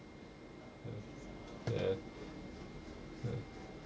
ah ya ah